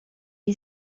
est